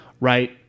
right